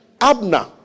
Abner